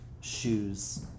Shoes